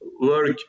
work